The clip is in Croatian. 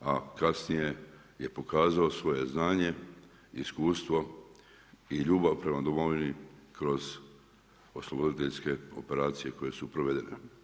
a kasnije je pokazao svoje znanje, iskustvo i ljubav prema domovini kroz osloboditeljske operacije koje su provedene.